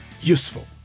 useful